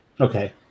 Okay